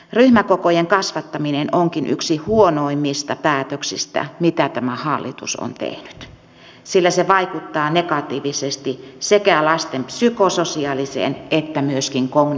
ryhmäkokojen kasvattaminen onkin yksi huonoimmista päätöksistä mitä tämä hallitus on tehnyt sillä se vaikuttaa negatiivisesti sekä lasten psykososiaaliseen että myöskin kognitiiviseen kehitykseen